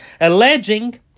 alleging